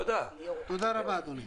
תודה רבה, אדוני.